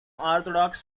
orthodox